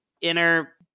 inner